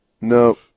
No